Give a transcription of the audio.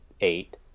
eight